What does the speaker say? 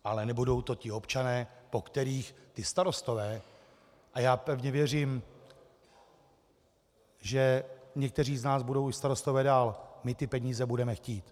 Ale nebudou to ti občané, po kterých ti starostové a já pevně věřím, že někteří z nás budou starosty dál ty peníze budou chtít.